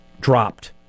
dropped